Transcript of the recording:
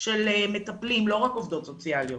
של מטפלים, לא רק עובדות סוציאליות.